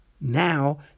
now